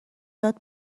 یاد